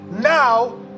Now